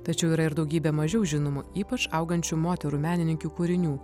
tačiau yra ir daugybė mažiau žinomų ypač augančių moterų menininkių kūrinių